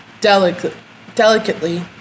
delicately